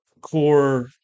core